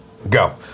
Go